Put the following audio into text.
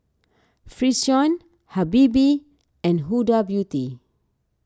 Frixion Habibie and Huda Beauty